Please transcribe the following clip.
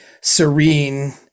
serene